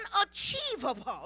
unachievable